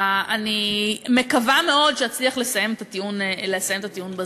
אני מקווה מאוד שאצליח לסיים את הטיעון בזמן.